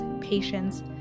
patience